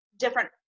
different